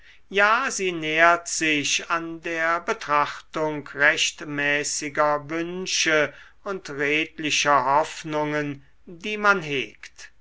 ja sie nährt sich an der betrachtung rechtmäßiger wünsche und redlicher hoffnungen die man hegt